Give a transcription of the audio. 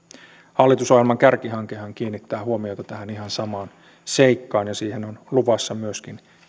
hallitusohjelman kärkihankehan kiinnittää huomiota tähän ihan samaan seikkaan ja siihen on luvassa myöskin